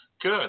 good